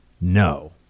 no